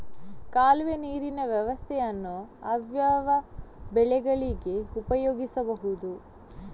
ಕಾಲುವೆ ನೀರಿನ ವ್ಯವಸ್ಥೆಯನ್ನು ಯಾವ್ಯಾವ ಬೆಳೆಗಳಿಗೆ ಉಪಯೋಗಿಸಬಹುದು?